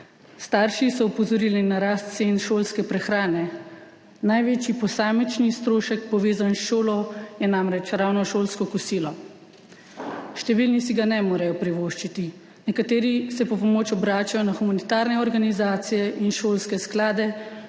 Starši so opozorili na rast cen šolske prehrane. Največji posamični strošek, povezan s šolo, je namreč ravno šolsko kosilo. Številni si ga ne morejo privoščiti, nekateri se po pomoč obračajo na humanitarne organizacije in šolske sklade,